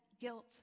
guilt